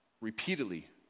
repeatedly